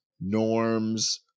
norms